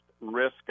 risk